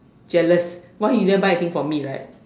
jealous why you never buy the thing for me like